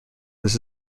this